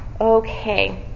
Okay